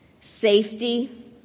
safety